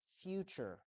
Future